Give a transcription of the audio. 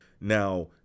Now